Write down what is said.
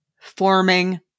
forming